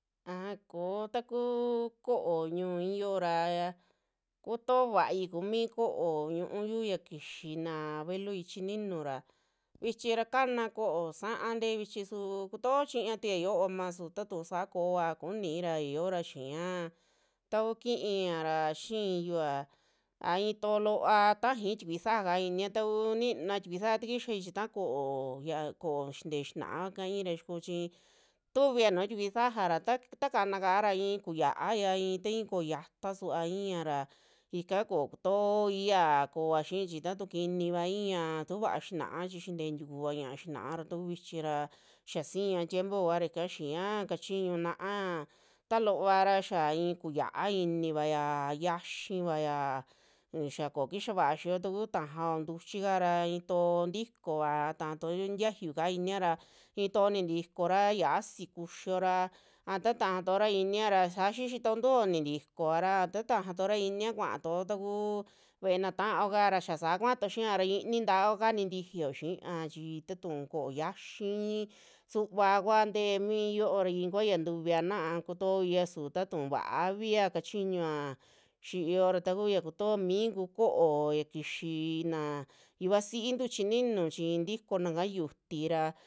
Aja koo ta kuu ko'o ñuiyo ra kutoovai kumi ko'o ñu'uyu ya kixina bueloi chininu ra vichi ra kana ko'o sa'a tee vichi su kutoo chiña tuiya yooma su tatu saa kova kunira ya yoora xiiña tau kiiya ra xiyua a too loa tajai tikui sajaka inia, takuu nitua takixiai chi taa ko'o xintee xinaa kua kai ra yakochi tuvia nuju tikui saja ta- ta kanaka i'i kuyiayia i'i tai ko'o yata suva i'iya ra ika koo kutooi yaa kooa xii chi tatu kiniva i'ia tuvaa xinaa chi sinte tikuuva ñaa xinaara taku vichi ra xaa siva tiempo kua ra xaka xiia kachiñu naa ta loovara xia i'i kuxia inivaya xiaxivaya, xaa kokixa vaa xio takuu tajao ntuchi kara ito ntikoa, a tajatuo tiayu kaa inia ra itoo nitikora xiasi kusiora a ta tajatuora i'iniara saa xixi tuo ntuo nintikovara ta tajatuora inia kuaatuo takuu ve'e na tao kara xaa saa kuaa tuo xiara ini ta'ao ka tintijio xiiya chi ta tuu ko'o xiayi suvaa kua ntee mi yoo ikua ya ntuvia naa kutoia su tatuu vaavia kachiñua xiyo ra taku ya kutoomi ku ko'o ya kixi na yuvasintu chininu chi tikonaka xiuti ra.